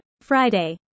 Friday